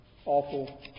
awful